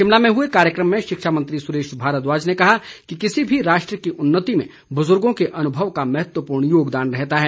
शिमला में हए कार्यक्रम में शिक्षा मंत्री सुरेश भारद्वाज ने कहा कि किसी भी राष्ट्र की उन्नति में बुजुर्गो के अनुभव का महत्वपूर्ण योगदान रहता है